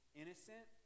innocent